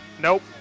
Nope